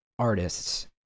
artists